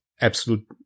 absolute